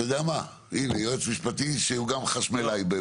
הינה, יועץ משפטי שהוא גם חשמלאי...